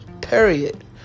Period